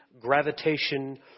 gravitation